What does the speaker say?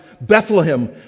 Bethlehem